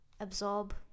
absorb